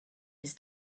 his